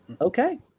okay